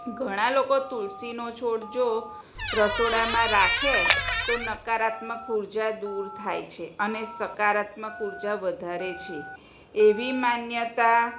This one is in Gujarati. ઘણાં લોકો તુલસીનો છોડ જો રસોડામાં રાખે તો નકારાત્મક ઊર્જા દૂર થાય છે અને સકારાત્મક ઊર્જા વધારે છે એવી માન્યતા